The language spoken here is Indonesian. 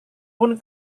pun